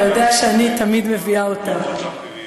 אתה יודע שאני תמיד מביאה אותם.